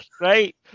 right